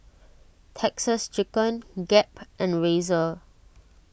Texas Chicken Gap and Razer